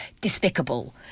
despicable